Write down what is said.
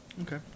Okay